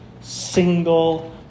single